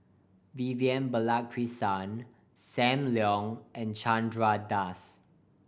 Vivian Balakrishnan Sam Leong and Chandra Das